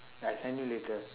I send you later